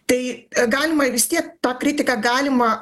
tai galima ir vis tiek tą kritiką galima